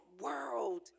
world